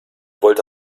wollte